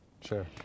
Sure